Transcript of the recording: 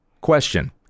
Question